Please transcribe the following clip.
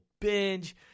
binge